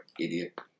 idiot